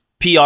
PR